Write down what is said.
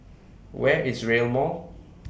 Where IS Rail Mall